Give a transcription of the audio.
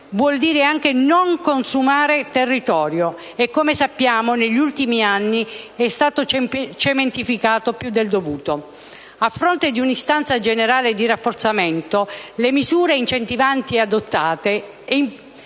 vuol dire anche non continuare a consumare territorio che, come sappiamo, negli ultimi anni è stato cementificato più del dovuto. A fronte di un'istanza generale di un loro rafforzamento, le misure incentivanti adottate